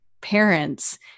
parents